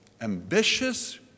ambitious